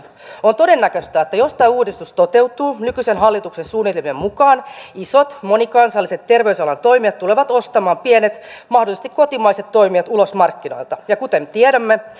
on todennäköistä että jos tämä uudistus toteutuu nykyisen hallituksen suunnitelmien mukaan isot monikansalliset terveysalan toimijat tulevat ostamaan pienet mahdollisesti kotimaiset toimijat ulos markkinoilta ja kuten tiedämme